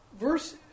Verse